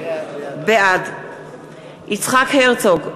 בעד יצחק הרצוג,